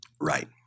right